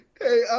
Hey